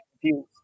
confused